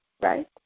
right